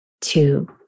two